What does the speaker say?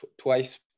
twice